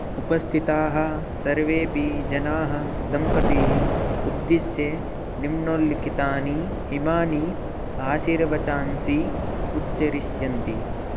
उपस्थिताः सर्वेऽपि जनाः दम्पतिम् उद्दिश्य निम्नलिखितानि इमानि आशीर्वचांसि उच्चरिष्यन्ति